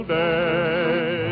day